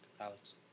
Alex